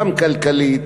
גם כלכלית,